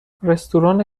رستوران